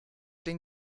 den